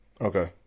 Okay